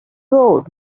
road